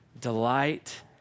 Delight